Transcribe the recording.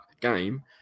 game